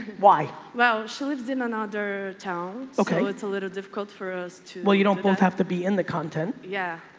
why? well, she lives in another town, so it's a little difficult for us to well, you don't both have to be in the content. yeah,